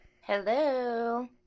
Hello